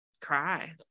cry